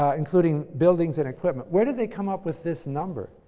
ah including buildings and equipment. where did they come up with this number?